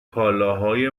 کالاهای